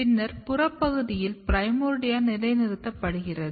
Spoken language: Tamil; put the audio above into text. பின்னர் புற பகுதியில் பிரைமோர்ர்டியா நிலைநிறுத்தப்படுகிறது